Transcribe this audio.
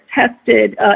tested